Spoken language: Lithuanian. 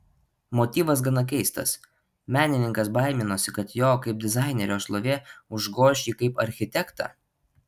motyvas gana keistas menininkas baiminosi kad jo kaip dizainerio šlovė užgoš jį kaip architektą